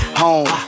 home